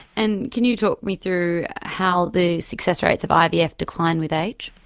and can you talk me through how the success rates of ivf decline with age?